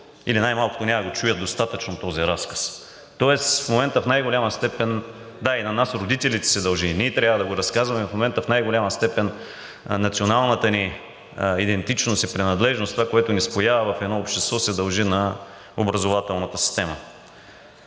или най-малкото няма да го чуят достатъчно този разказ. Да, и на нас, родителите, се дължи и ние трябва да го разказваме. В момента в най-голяма степен националната ни идентичност и принадлежност – това, което ни споява в едно общество, се дължи на образователната система.